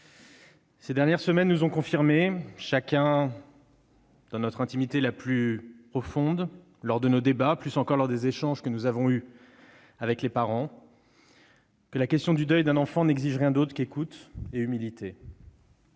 Ces dernières semaines nous ont confirmé, chacun dans notre intimité la plus profonde, lors de nos débats et plus encore lors des échanges que nous avons eus avec des parents, que la question du deuil d'un enfant n'exigeait rien d'autre qu'écoute et humilité.